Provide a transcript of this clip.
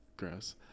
gross